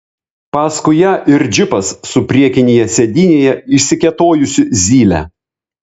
paskui ją ir džipas su priekinėje sėdynėje išsikėtojusiu zyle